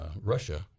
russia